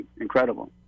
incredible